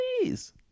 please